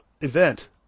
event